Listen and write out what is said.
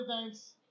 thanks